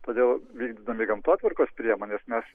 todėl vykdomi gamtotvarkos priemonės mes